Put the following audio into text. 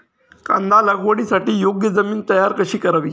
कांदा लागवडीसाठी योग्य जमीन तयार कशी करावी?